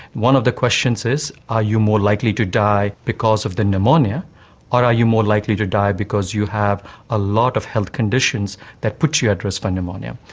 one of the questions is are you more likely to die because of the pneumonia or are you more likely to die because you have a lot of health conditions that put you at risk for pneumonia?